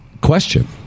Question